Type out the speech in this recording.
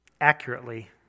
accurately